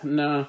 no